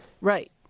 Right